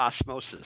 osmosis